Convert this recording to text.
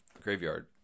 graveyard